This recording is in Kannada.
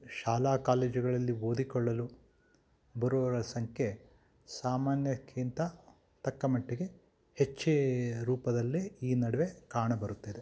ಶಾಲಾ ಕಾಲೇಜುಗಳಲ್ಲಿ ಓದಿಕೊಳ್ಳಲು ಬರುವವರ ಸಂಖ್ಕೆ ಸಾಮಾನ್ಯಕ್ಕಿಂತ ತಕ್ಕಮಟ್ಟಿಗೆ ಹೆಚ್ಚೇ ರೂಪದಲ್ಲಿ ಈ ನಡುವೆ ಕಾಣಬರುತ್ತಿದೆ